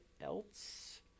else